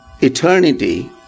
eternity